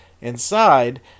Inside